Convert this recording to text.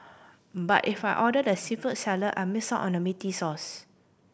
but if I order the seafood salad I miss out on the meaty sauce